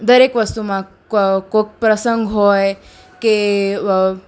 દરેક વસ્તુમાં કોઇક પ્રસંગ હોય કે